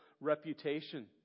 reputation